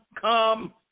come